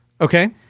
Okay